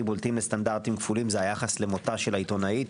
בוטים לסטנדרטים כפולים זה היחס למותה של העיתונאית.